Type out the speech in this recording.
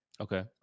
Okay